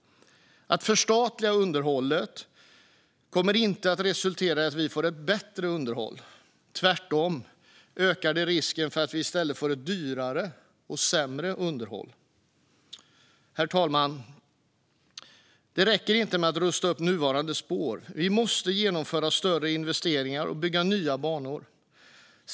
Att förstatliga underhållet kommer inte att resultera i ett bättre underhåll, utan tvärtom kommer det att öka risken för ett dyrare och sämre underhåll. Herr talman! Det räcker inte med att rusta upp nuvarande spår. Vi måste genomföra större investeringar och bygga nya banor.